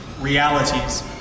realities